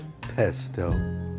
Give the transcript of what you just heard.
pesto